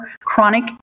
chronic